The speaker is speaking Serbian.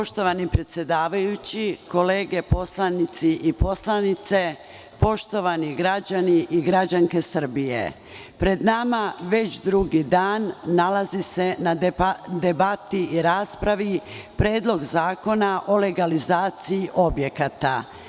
Poštovani predsedavajući, kolege poslanici i poslanice, poštovani građani i građanske Srbije, pred nama već drugi dan nalazi se na debati i raspravi Predlog zakona o legalizaciji objekata.